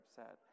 upset